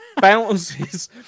bounces